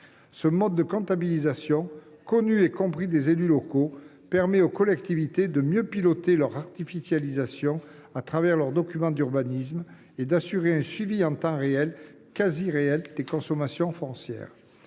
Ce mode de comptabilisation, connu et compris des élus locaux, permet aux collectivités de mieux piloter leur artificialisation au travers de leurs documents d’urbanisme et d’assurer un suivi en temps quasiment réel des consommations foncières.